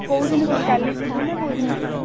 କେଉଁଦିନ ଯିବି କାଲି ଯିବିନା କେଉଁଦିନ ଯିବି